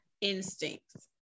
instincts